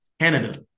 Canada